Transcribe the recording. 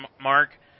Mark